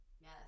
yes